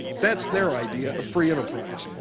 that's their idea of free enterprise.